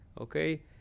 okay